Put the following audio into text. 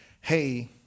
Hey